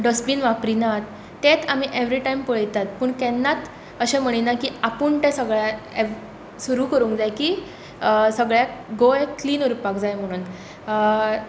dustbin वापरीनात तेच आमी एवरी टायम पळयतात पूण केन्नात अशें म्हणीना की आपूण ते सगळ्यांक सुरू करूंक जाय की सगळ्यांक गोंय क्लिन उरपाक जाय म्हणून